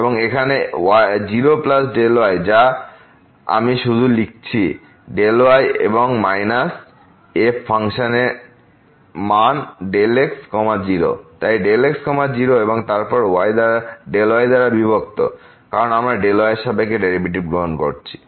এবং এখানে 0y যা আমি শুধু লিখছি y এবং মাইনাস f ফাংশন এ মান x 0 তাই x 0 এবং তারপর y দ্বারা বিভক্ত কারণ আমরা y এর সাপেক্ষে ডেরিভেটিভ গ্রহণ করছি